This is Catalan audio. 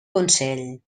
consell